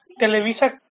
Televisa